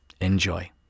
Enjoy